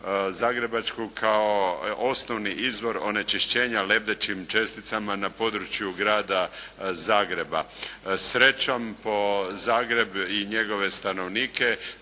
zagrebačku kao osnovni izvor onečišćenja lebdećim česticama na području Grada Zagreba. Srećom, po Zagreb i njegove stanovnike